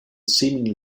seemingly